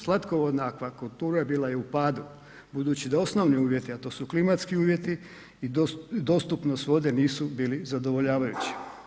Slatkovodna akvakultura bila je u padu budući da osnovni uvjeti, a to su klimatski uvjeti i dostupnost vode nisu bili zadovoljavajući.